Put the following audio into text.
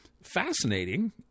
fascinating